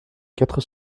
quatre